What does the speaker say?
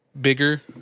bigger